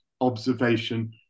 observation